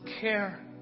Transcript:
care